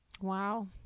Wow